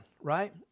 right